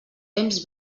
temps